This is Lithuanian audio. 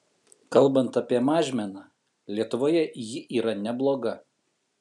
kalbant apie mažmeną lietuvoje ji yra nebloga